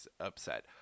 upset